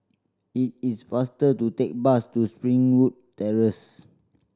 it is faster to take bus to Springwood Terrace